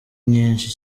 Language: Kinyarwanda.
nyinshi